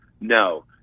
No